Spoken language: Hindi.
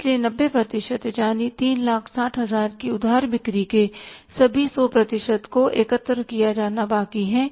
इसलिए 90 प्रतिशत यानी 360000 की उधार बिक्री के सभी 100 प्रतिशत को एकत्र किया जाना बाकी है